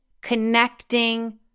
connecting